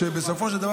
שבסופו של דבר